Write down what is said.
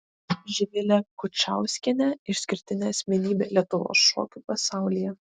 živilė kučauskienė išskirtinė asmenybė lietuvos šokių pasaulyje